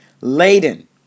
laden